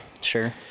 Sure